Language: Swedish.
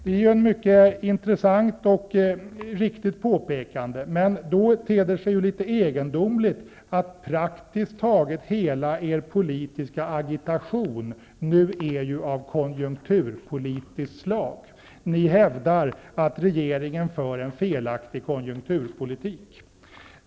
Det är ett mycket intressant och riktigt påpekande, men det ter sig då litet egendomligt att praktiskt taget hela Socialdemokraternas politiska agitation nu är av konjunkturpolitiskt slag; Socialdemokraterna hävdar att regeringen för en felaktig konjunkturpolitik.